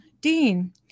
Dean